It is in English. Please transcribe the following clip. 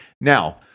Now